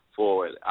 forward